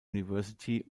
university